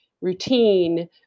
routine